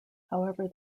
however